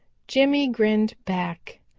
jimmy grinned back.